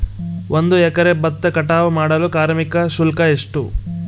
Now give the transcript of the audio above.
ಒಂದು ಎಕರೆ ಭತ್ತ ಕಟಾವ್ ಮಾಡಲು ಕಾರ್ಮಿಕ ಶುಲ್ಕ ಎಷ್ಟು?